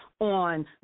on